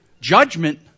judgment